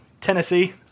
Tennessee